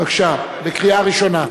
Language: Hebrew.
בבקשה, בקריאה ראשונה.